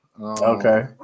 Okay